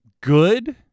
good